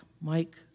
Mike